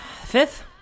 Fifth